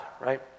right